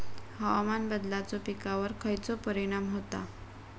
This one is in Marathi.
हवामान बदलाचो पिकावर खयचो परिणाम होता?